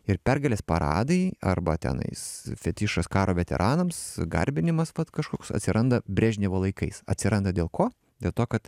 ir pergalės paradai arba tenais fetišas karo veteranams garbinimas vat kažkoks atsiranda brežnevo laikais atsiranda dėl ko dėl to kad